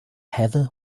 heather